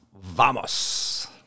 vamos